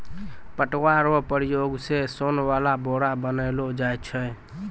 पटुआ रो प्रयोग से सोन वाला बोरा बनैलो जाय छै